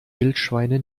wildschweine